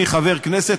אני חבר כנסת,